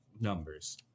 numbers